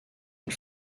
une